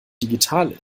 digital